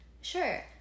Sure